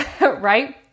right